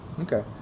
Okay